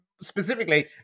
Specifically